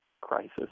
crisis